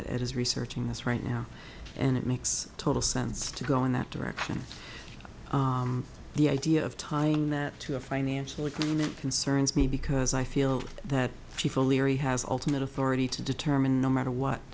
that it is researching this right now and it makes total sense to go in that direction the idea of tying that to a financial agreement concerns me because i feel that she fully has alternate authority to determine no matter what